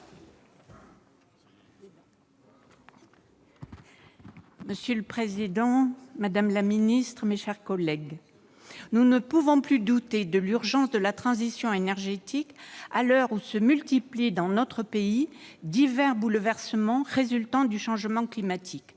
Monsieur le président, madame la ministre, mes chers collègues, nous ne pouvons plus douter de l'urgence de la transition énergétique à l'heure où se multiplient dans notre pays divers bouleversements résultant du changement climatique.